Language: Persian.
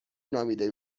نامیده